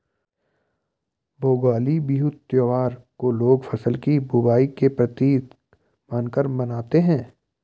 भोगाली बिहू त्योहार को लोग फ़सल की बुबाई का प्रतीक मानकर मानते हैं